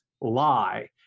lie